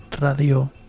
Radio